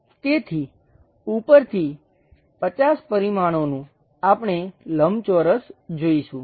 તેથી ઉપરથી 50 પરિમાણોનું આપણે લંબચોરસ જોઈશું